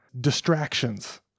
distractions